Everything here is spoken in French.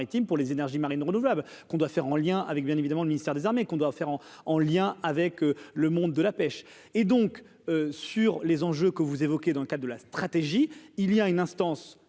pour les énergies marines renouvelables qu'on doit faire en lien avec bien évidemment le ministère des Armées qu'on doit faire en en lien avec le monde de la pêche et donc sur les enjeux que vous évoquiez, dans le cas de la stratégie il y a une instance